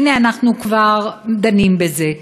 הנה אנחנו כבר דנים בזה.